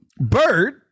Bird